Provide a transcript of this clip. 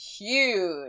huge